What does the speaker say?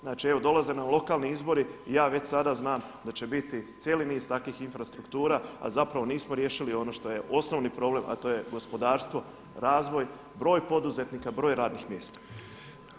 Znači evo dolaze nam lokalni izbori i ja već sada znam da će biti cijeli niz takvih infrastruktura a zapravo nismo riješili ono što je osnovni problem a to je gospodarstvo, razvoj, broj poduzetnika, broj radnih mjesta.